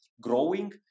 Growing